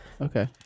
Okay